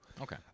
okay